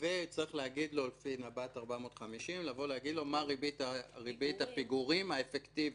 וצריך להגיד לו לפי נב"ת 450 מה ריבית הפיגורים האפקטיבית.